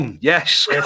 yes